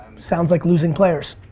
sounds like losing players.